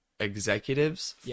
executives